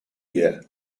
year